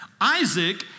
Isaac